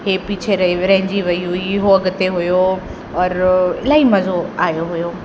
इहे पीछे रही वेई रहिजी वेई हुई उहो अॻिते हुओ और इलाही मज़ो आयो हुओ